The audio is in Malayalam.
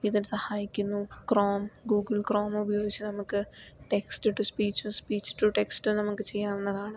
ഇതിൽ സഹായിക്കുന്നു ക്രോം ഗൂഗിൾ ക്രോം ഉപയോഗിച്ച് നമുക്ക് text to speech speech to text നമുക്ക് ചെയ്യാവുന്നതാണ്